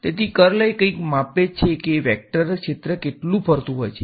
તેથી કર્લ એ કંઈક છે જે માપે છે કે વેક્ટર ક્ષેત્ર કેટલુ ફરતું હોય છે